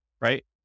right